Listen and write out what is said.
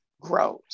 grows